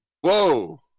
whoa